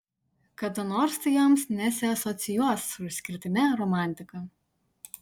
kada nors tai joms nesiasocijuos su išskirtine romantika